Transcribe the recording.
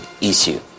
issue